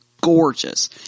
gorgeous